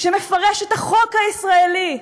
שמפרש את החוק הישראלי.